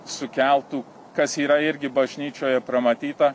sukeltų kas yra irgi bažnyčioje pramatyta